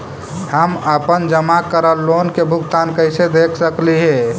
हम अपन जमा करल लोन के भुगतान कैसे देख सकली हे?